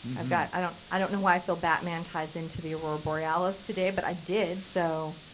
i've got i don't i don't know why i feel batman ties into the aurora borealis today, but i did, so.